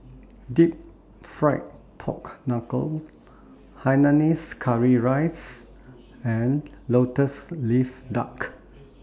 Deep Fried Pork Knuckle Hainanese Curry Rice and Lotus Leaf Duck